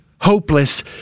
hopeless